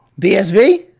BSV